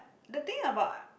the thing about ah